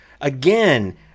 again